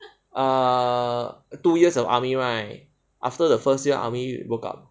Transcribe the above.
err two years of army right after the first year army broke up